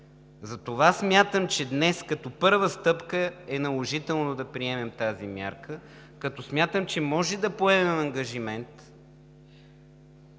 Затова смятам, че днес като първа стъпка е наложително да приемем тази мярка, като мисля, че можем да поемем ангажимент